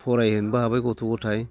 फराय होनोबो हाबाय गथ' गथाइ